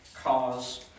cause